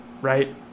Right